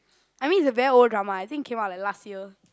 I mean the very old drama I think came up like last year